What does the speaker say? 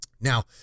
Now